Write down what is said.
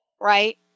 right